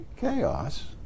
chaos